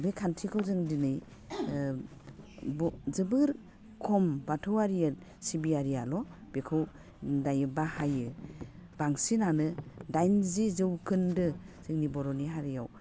बे खान्थिखौ जों दिनै जोबोर खम बाथौवारिया सिबियारिआल' बेखौ दायो बाहायो बांसिनानो डाइनजि जौखोन्दो जोंनि बर'नि हारियाव